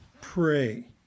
pray